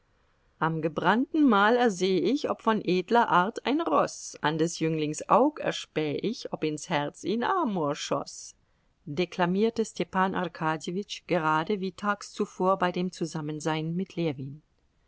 am gebrannten mal erseh ich ob von edler art ein roß an des jünglings aug erspäh ich ob ins herz ihn amor schoß deklamierte stepan arkadjewitsch geradeso wie tags zuvor bei dem zusammensein mit ljewin